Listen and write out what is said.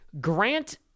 Grant